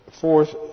fourth